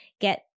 get